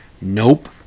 Nope